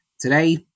today